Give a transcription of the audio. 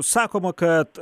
sakoma kad